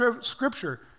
scripture